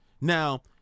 Now